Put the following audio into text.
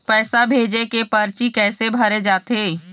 पैसा भेजे के परची कैसे भरे जाथे?